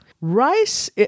Rice